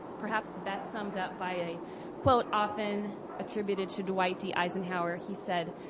perhaps best summed up by a quote often attributed to dwight d. eisenhower. he said,